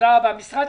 משרד